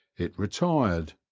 it retired,